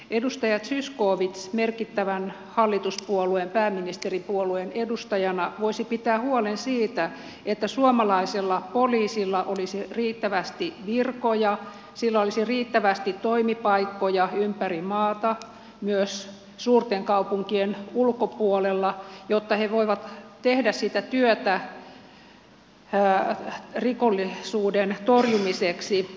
edustaja zyskowicz merkittävän hallituspuolueen pääministeripuolueen edustajana voisi pitää huolen siitä että suomalaisella poliisilla olisi riittävästi virkoja sillä olisi riittävästi toimipaikkoja ympäri maata myös suurten kaupunkien ulkopuolella jotta he voivat tehdä sitä työtä rikollisuuden torjumiseksi